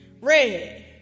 Red